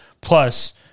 Plus